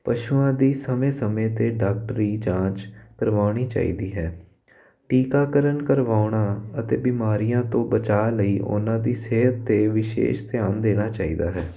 ਪਸ਼ੂਆਂ ਦੀ ਸਮੇਂ ਸਮੇਂ 'ਤੇ ਡਾਕਟਰੀ ਜਾਂਚ ਕਰਵਾਉਣੀ ਚਾਹੀਦੀ ਹੈ ਟੀਕਾਕਰਨ ਕਰਵਾਉਣਾ ਅਤੇ ਬਿਮਾਰੀਆਂ ਤੋਂ ਬਚਾਅ ਲਈ ਉਹਨਾਂ ਦੀ ਸਿਹਤ 'ਤੇ ਵਿਸ਼ੇਸ਼ ਧਿਆਨ ਦੇਣਾ ਚਾਹੀਦਾ ਹੈ